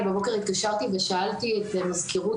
אני בבוקר התקשרתי ולשאלתי את מזכירות